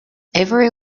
avery